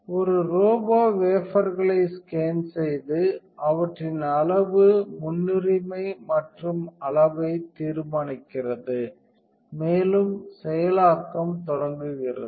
ஒரு ரோபோ வேபர்களை ஸ்கேன் செய்து அவற்றின் அளவு முன்னுரிமை மற்றும் அளவை தீர்மானிக்கிறது மேலும் செயலாக்கம் தொடங்குகிறது